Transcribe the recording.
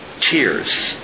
tears